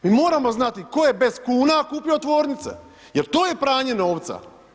Mi moramo znati tko je bez kuna kupio tvornice, jer to je pranje novca.